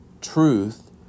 truth